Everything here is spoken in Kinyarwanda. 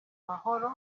mahoro